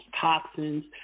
toxins